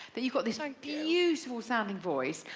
but you've got this like beautiful-sounding voice,